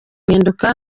guhinduka